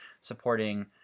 supporting